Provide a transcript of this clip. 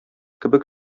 кебек